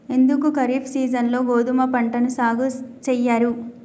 ఎందుకు ఖరీఫ్ సీజన్లో గోధుమ పంటను సాగు చెయ్యరు?